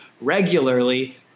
regularly